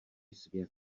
svět